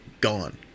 gone